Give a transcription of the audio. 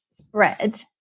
spread